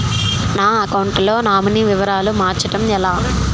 నా అకౌంట్ లో నామినీ వివరాలు మార్చటం ఎలా?